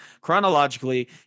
chronologically